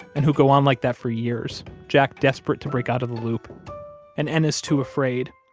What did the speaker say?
and who go on like that for years jack desperate to break out of the loop and ennis too afraid.